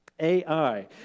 AI